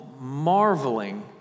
marveling